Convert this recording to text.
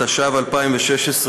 התשע"ו 2016,